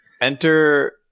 enter